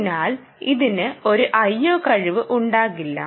ഇതിനാൽ ഇതിന് ഒരു IO കഴിവ് ഉണ്ടാകില്ല